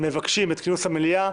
מבקשים את כינוס המליאה,